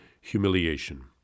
humiliation